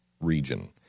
region